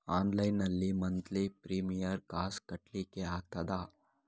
Online ನಲ್ಲಿ monthly premier ಕಾಸ್ ಕಟ್ಲಿಕ್ಕೆ ಆಗ್ತದಾ?